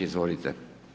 Izvolite.